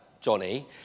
Johnny